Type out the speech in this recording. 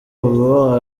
ubu